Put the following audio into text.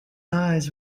eyes